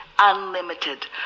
unlimited